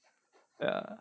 ya